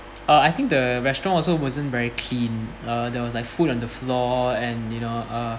uh I think the restaurant also wasn't very clean uh there was like food on the floor and you know uh